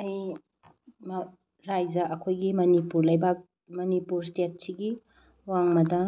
ꯑꯩ ꯔꯥꯏꯖꯥ ꯑꯩꯈꯣꯏꯒꯤ ꯃꯅꯤꯄꯨꯔ ꯂꯩꯕꯥꯛ ꯃꯅꯤꯄꯨꯔ ꯏꯁꯇꯦꯠꯁꯤꯒꯤ ꯋꯥꯡꯃꯗ